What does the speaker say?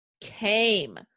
came